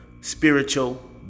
spiritual